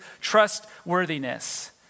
trustworthiness